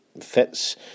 fits